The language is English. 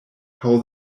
how